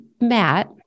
Matt